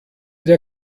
der